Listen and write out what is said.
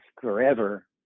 forever